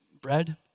bread